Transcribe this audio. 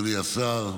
אדוני השר,